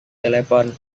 telepon